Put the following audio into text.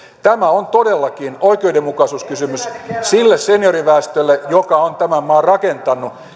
tämä on todellakin oikeudenmukaisuuskysymys sille senioriväestölle joka on tämän maan rakentanut